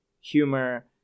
humor